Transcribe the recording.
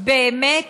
באמת